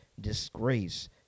disgrace